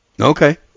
Okay